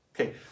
Okay